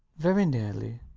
very nearly,